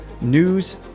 news